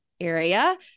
area